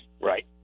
right